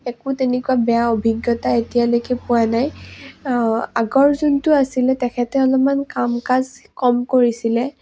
একো তেনেকুৱা বেয়া অভিজ্ঞতা এতিয়ালৈকে পোৱা নাই আগৰ যোনটো আছিলে তেখেতে অলপমান কাম কাজ কম কৰিছিলে